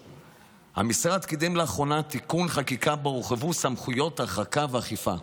המשרד קידם לאחרונה תיקון חקיקה שבו הורחבו סמכויות הרחקה ואכיפה,